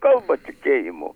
kalbat tikėjimu